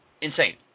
insane